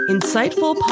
Insightful